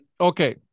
Okay